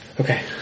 Okay